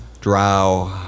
drow